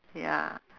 ya